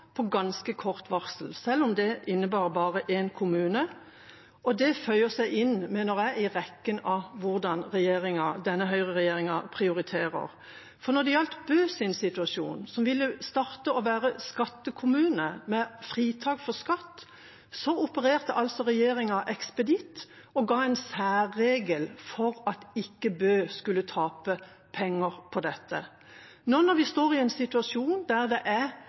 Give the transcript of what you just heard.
på ganske kort varsel, selv om det innebar bare én kommune, og det føyer seg inn, mener jeg, i rekken av hvordan denne høyreregjeringa prioriterer. Når det gjaldt situasjonen for Bø, som ville bli en kommune med fritak for skatt, opererte regjeringa ekspeditt og ga en særregel for at ikke Bø skulle tape penger på dette. Når vi nå står i en situasjon der det er